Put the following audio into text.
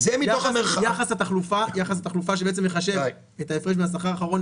יחס התחלופה שבעצם מחשב את ההפרש מהשכר האחרון